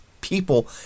people